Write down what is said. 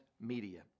media